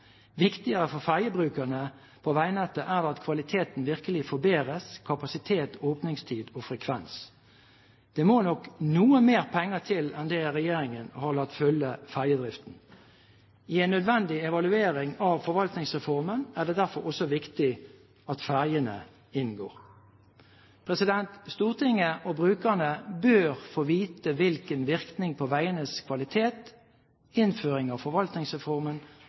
Viktigere for ferjebrukerne på veinettet er det at kvaliteten virkelig forbedres på kapasitet, åpningstid og frekvens. Det må nok noe mer penger til enn det regjeringen har latt følge ferjedriften. I en nødvendig evaluering av Forvaltningsreformen er det derfor også viktig at ferjene inngår. Stortinget og brukerne bør få vite hvilken virkning på veienes kvalitet innføring av Forvaltningsreformen